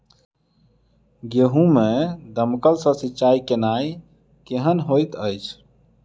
गेंहूँ मे दमकल सँ सिंचाई केनाइ केहन होइत अछि?